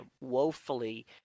woefully